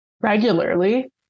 regularly